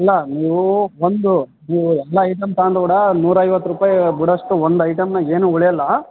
ಅಲ್ಲ ನೀವು ಬಂದು ನೀವು ಎಲ್ಲ ಐಟಮ್ ತಗಂಡು ಕೂಡ ನೂರ ಐವತ್ತು ರೂಪಾಯಿ ಬಿಡಷ್ಟು ಒಂದು ಐಟಮ್ನಾಗ ಏನು ಉಳಿಯೋಲ್ಲ